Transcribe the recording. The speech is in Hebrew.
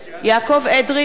יעקב אדרי,